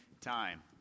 time